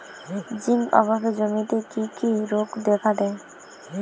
Zinc অভাবে জমিতে কি কি রোগ দেখাদেয়?